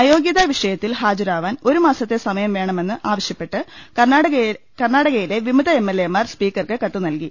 അയോഗ്യതാ വിഷയത്തിൽ ഹാജരാവാൻ ഒരുമാസത്തെ സമയം വേണമെന്ന് ആവശ്യപ്പെട്ട് കർണാടകയിലെ വിമത എംഎൽഎമാർ സ്പീക്കർക്ക് കത്ത് നൽകി